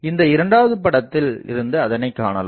இந்த இரண்டாவது படத்தில் இருந்து அதனைக் காணலாம்